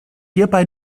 hierbei